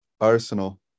Arsenal